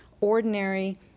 ordinary